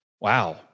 Wow